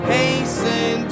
hasten